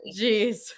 Jeez